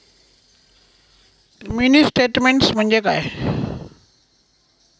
Mini statement म्हणजे काय?